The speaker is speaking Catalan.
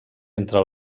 entre